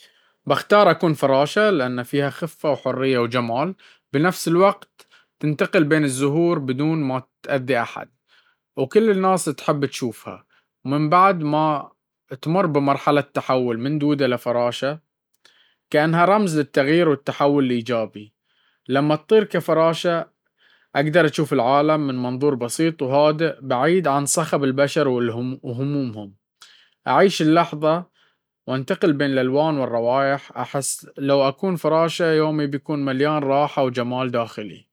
بختار أكون فراشة، لأن فيها خفة وحرية وجمال بنفس الوقت. تتنقل بين الزهور بدون ما تأذي أحد، وكل الناس تحب تشوفها. ومن بعد ما تمر بمرحلة التحول من دودة لفراشة، كأنها رمز للتغيير والتحول الإيجابي. لما أطير كفراشة، أقدر أشوف العالم من منظور بسيط وهادئ، بعيد عن صخب البشر وهمومهم. أعيش اللحظة وأتنقل بين الألوان والروائح. أحس لو أكون فراشة، يومي بيكون مليان راحة وجمال داخلي.